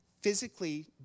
physically